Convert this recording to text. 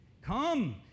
Come